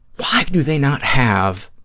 why do they not have